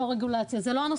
לא רגולציה זה לא הנושא,